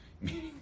meaning